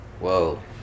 Whoa